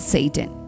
Satan